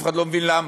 אף אחד לא מבין למה.